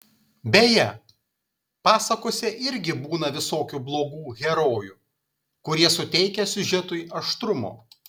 beje pasakose irgi būna visokių blogų herojų kurie suteikia siužetui aštrumo